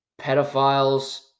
pedophiles